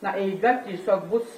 na eiga tiesiog bus